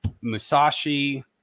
Musashi